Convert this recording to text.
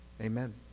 Amen